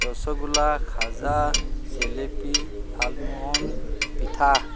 ৰসগোল্লা খাজা জেলেপি লালমোহন পিঠা